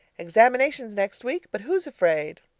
examinations next week, but who's afraid?